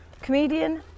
Comedian